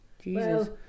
Jesus